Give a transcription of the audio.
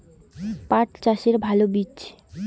পাঠ চাষের ভালো বীজ?